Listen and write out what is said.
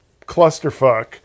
clusterfuck